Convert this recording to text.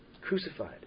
crucified